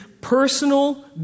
personal